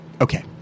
okay